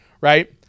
Right